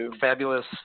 Fabulous